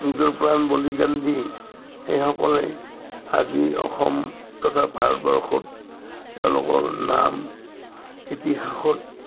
নিজৰ প্ৰাণ বলিদান দি সেইসকলে আজি অসম তথা ভাৰতবৰ্ষত তেওঁলোকৰ নাম ইতিহাসত